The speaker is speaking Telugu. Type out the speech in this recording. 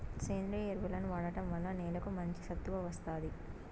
సేంద్రీయ ఎరువులను వాడటం వల్ల నేలకు మంచి సత్తువ వస్తాది